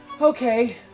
Okay